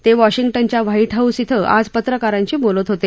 ते वॉशिंग्टनच्या White House इथं आज पत्रकारांशी बोलत होते